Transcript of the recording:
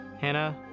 Hannah